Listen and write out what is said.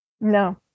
no